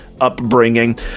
upbringing